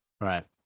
right